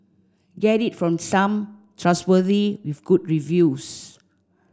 get it from someone trustworthy with good reviews